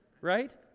Right